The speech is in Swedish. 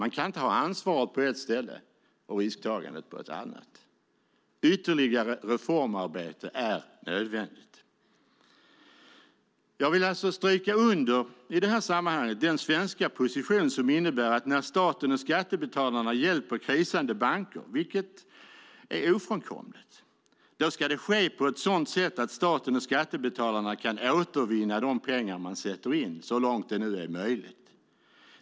Det går inte att ha ansvaret på ett ställe och risktagandet på ett annat. Ytterligare reformarbete är nödvändigt. Jag vill i det här sammanhanget stryka under den svenska positionen som innebär att när staten och skattebetalarna hjälper krisande banker - vilket är ofrånkomligt - ska det ske på ett sådant sätt att staten och skattebetalarna kan återvinna de pengar de sätter in, så långt det är möjligt.